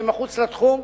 שהם מחוץ לתחום.